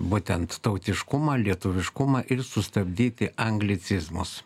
būtent tautiškumą lietuviškumą ir sustabdyti anglicizmus